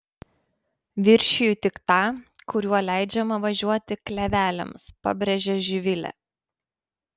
viršiju tik tą kuriuo leidžiama važiuoti kleveliams pabrėžė živilė